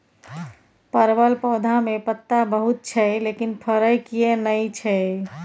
परवल पौधा में पत्ता बहुत छै लेकिन फरय किये नय छै?